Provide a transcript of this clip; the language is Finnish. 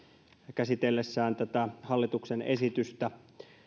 käsitellessään tätä hallituksen esitystä